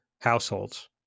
households